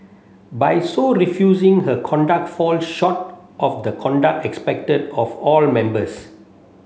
by so refusing her conduct fall short of the conduct expected of all members